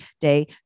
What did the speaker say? day